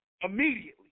immediately